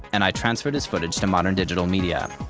and i transferred his footage to modern digital media.